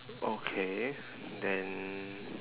okay then